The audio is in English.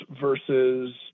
versus